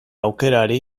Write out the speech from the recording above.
aukerari